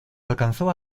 alcanzó